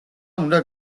უნდა